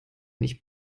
nicht